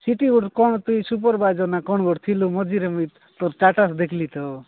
ସେଠି ଗୋଟେ କ'ଣ ତୁ ସୁପର୍ଭାଇଜର୍ ନା କ'ଣ ଗୋଟେ ଥିଲୁ ମଝିରେ ମୁଁ ତୋର ଷ୍ଟାଟସ୍ ଦେଖିଲି ତ